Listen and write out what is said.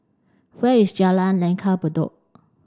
where is Jalan Langgar Bedok